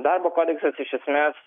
darbo kodeksas iš esmės